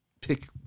pick